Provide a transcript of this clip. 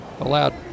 Allowed